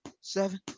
seven